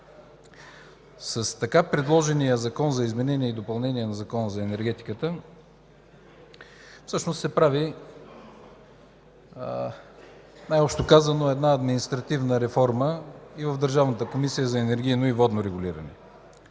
С така предложения Законопроект за изменение и допълнение на Закона за енергетиката всъщност се прави най-общо казано административна реформа и в Държавната комисия за енергийно и водно регулиране.